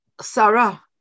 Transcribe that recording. Sarah